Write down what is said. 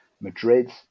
Madrid